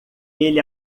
ele